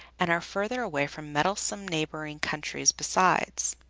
and are farther away from meddlesome neighboring countries besides.